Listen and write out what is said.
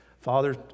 father